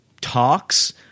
talks